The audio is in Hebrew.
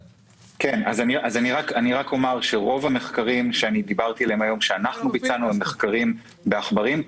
רוב המחקרים שדיברתי עליהם שאנחנו ביצענו הם מחקרים בעכברים,